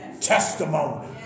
testimony